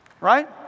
Right